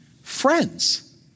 friends